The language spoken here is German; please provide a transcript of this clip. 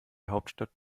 hauptstadt